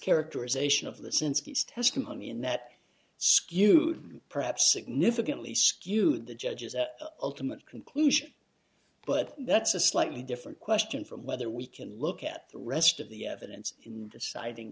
characterization of the since he's testimony and that skewed perhaps significantly skewed the judge's ultimate conclusion but that's a slightly different question from whether we can look at the rest of the evidence in deciding